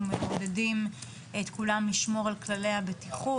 מעודדים את כולם לשמור על כללי הבטיחות.